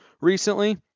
recently